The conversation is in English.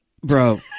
bro